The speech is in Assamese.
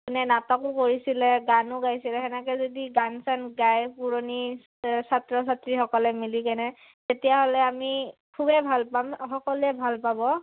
কোনে নাটকো কৰিছিলে গানো গাইছিলে সেনেকৈ যদি গান চান গায় পুৰণি ছাত্ৰ ছাত্ৰীসকলে মিলিকেনে তেতিয়াহ'লে আমি খুবেই ভাল পাম সকলোৱে ভাল পাব